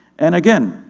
and again,